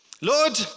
Lord